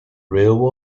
real